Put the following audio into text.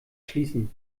schließen